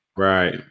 Right